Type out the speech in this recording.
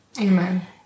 amen